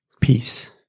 peace